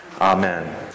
Amen